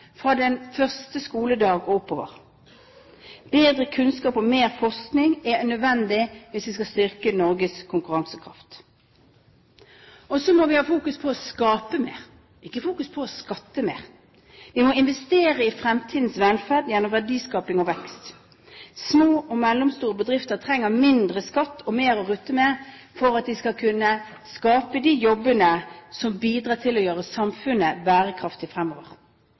fra første skoledag og oppover. Bedre kunnskap og mer forskning er nødvendig hvis vi skal styrke Norges konkurransekraft. Og så må vi fokusere på å skape mer, ikke fokusere på å skatte mer. Vi må investere i fremtidens velferd gjennom verdiskaping og vekst. Små og mellomstore bedrifter trenger mindre skatt og mer å rutte med for at de skal kunne skape de jobbene som bidrar til å gjøre samfunnet bærekraftig fremover.